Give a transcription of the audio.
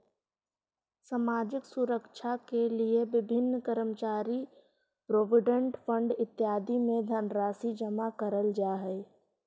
सामाजिक सुरक्षा के लिए विभिन्न कर्मचारी प्रोविडेंट फंड इत्यादि में धनराशि जमा करल जा हई